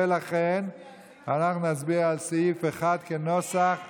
ולכן אנחנו נצביע על סעיף 1 כנוסח הוועדה.